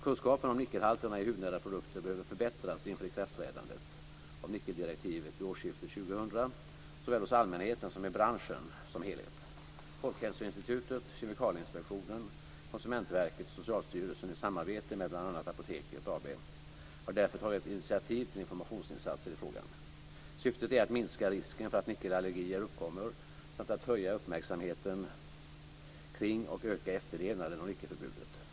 Kunskapen om nickelhalterna i hudnära produkter behöver förbättras inför ikraftträdandet av nickeldirektivet vid årsskiftet år 2000 såväl hos allmänheten som i branschen som helhet. Folkhälsoinstitutet, Kemikalieinspektionen, Konsumentverket och Socialstyrelsen, i samarbete med bl.a. Apoteket AB, har därför tagit initiativ till informationsinsatser i frågan. Syftet är att minska risken för att nickelallergier uppkommer samt att höja uppmärksamheten kring och öka efterlevnaden av nickelförbudet.